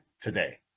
today